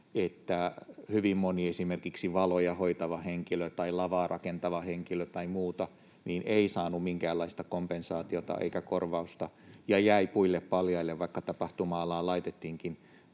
hyvin moni valoja hoitava henkilö tai lavaa rakentava henkilö tai muu ei saanut minkäänlaista kompensaatiota eikä korvausta ja jäi puille paljaille, vaikka tapahtuma-alaan laitettiinkin